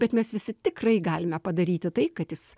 bet mes visi tikrai galime padaryti tai kad jis